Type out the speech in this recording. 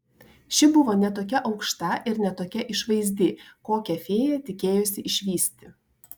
ši buvo ne tokia aukšta ir ne tokia išvaizdi kokią fėja tikėjosi išvysti